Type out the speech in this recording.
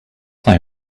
they